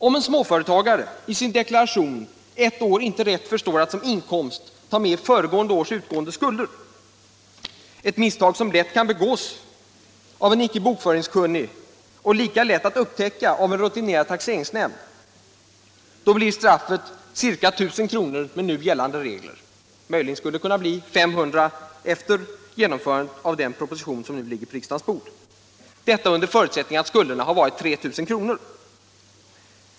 Om en småföretagare i sin deklaration ett år inte rätt förstår att som inkomst ta med föregående års utgående skulder, ett misstag som lätt kan begås av en icke bokföringskunnig och som lika lätt kan upptäckas av en rutinerad taxeringsnämnd, då blir straffet ca 1000 kr. med nu gällande regler — möjligen skulle det kunna bli 500 kr. efter genomförandet av den proposition som nu ligger på riksdagens bord — under förutsättning att skulderna har varit 3 000 kr.